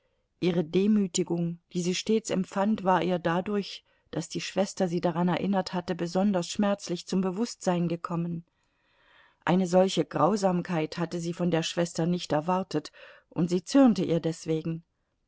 ihre demütigung die sie stets empfand war ihr dadurch daß die schwester sie daran erinnert hatte besonders schmerzlich zum bewußtsein gekommen eine solche grausamkeit hatte sie von der schwester nicht erwartet und sie zürnte ihr deswegen